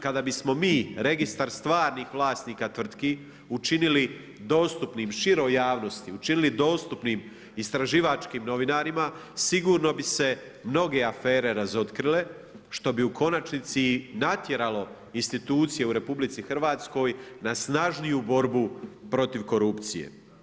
Kada bismo mi Registar stvarnih vlasnika tvrtki učinili dostupnim široj javnosti, učinili dostupnim istraživačkim novinarima, sigurno bi se mnoge afere razotkrile, što bi u konačnici natjeralo institucije u RH na snažniju borbu protiv korupcije.